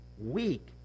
weak